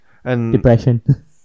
Depression